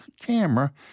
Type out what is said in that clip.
camera